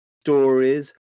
stories